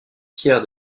fier